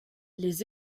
les